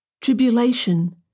tribulation